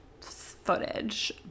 footage